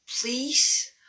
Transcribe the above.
please